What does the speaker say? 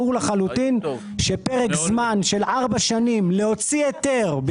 ברור לחלוטין שפרק זמן של ארבע שנים להוציא היתר,